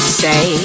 say